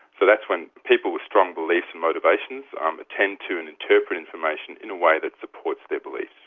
so that's when people with strong beliefs and motivations um attend to and interpret information in a way that supports their beliefs.